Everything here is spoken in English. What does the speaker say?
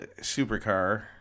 supercar